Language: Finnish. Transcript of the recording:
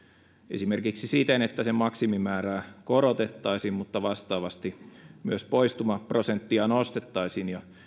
esimerkiksi siten että sen maksimimäärää korotettaisiin mutta vastaavasti myös poistumaprosenttia nostettaisiin ja